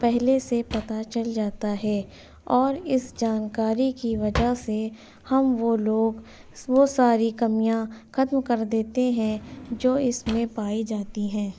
پہلے سے پتہ چل جاتا ہے اور اس جانکاری کی وجہ سے ہم وہ لوگ وہ ساری کمیاں ختم کر دیتے ہیں جو اس میں پائی جاتی ہیں